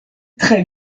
très